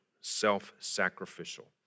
self-sacrificial